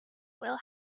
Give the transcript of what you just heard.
will